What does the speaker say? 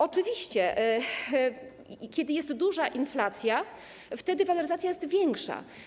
Oczywiście kiedy jest duża inflacja, wtedy waloryzacja jest większa.